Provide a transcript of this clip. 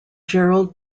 gerald